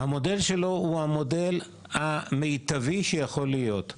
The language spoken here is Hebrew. שהוא המודל המיטבי שיכול להיות.